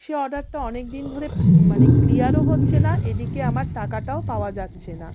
সে অর্ডারটা অনেক দিন ধরে মানে ক্লিয়ারও হচ্ছে না এদিকে আমার টাকাটাও পাওয়া যাচ্ছে না